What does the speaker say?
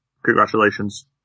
Congratulations